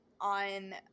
on